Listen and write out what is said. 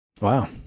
Wow